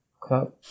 club